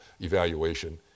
evaluation